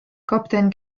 kapten